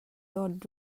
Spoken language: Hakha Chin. dawt